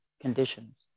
conditions